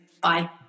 Bye